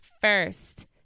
first